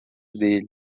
dele